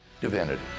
divinity